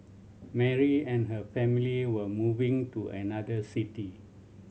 Mary and her family were moving to another city